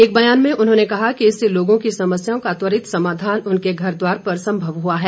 एक बयान में उन्होंने कहा कि इससे लोगों की समस्याओं का त्वरित समाधान उनके घरद्वार पर संभव हुआ है